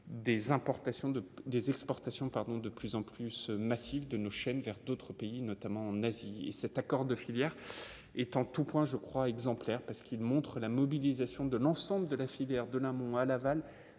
des exportations, pardon, de plus en plus massive de nos chaînes vers d'autres pays, notamment en Asie, cet accord de filières est en tous points, je crois, exemplaire parce qu'il montre la mobilisation de l'ensemble de la filière de l'amont à l'aval